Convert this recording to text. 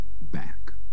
back